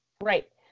Right